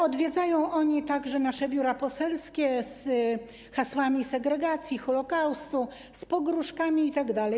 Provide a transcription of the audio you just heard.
Odwiedzają oni także nasze biura poselskie z hasłami segregacji, Holokaustu, z pogróżkami itd.